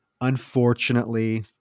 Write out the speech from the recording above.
unfortunately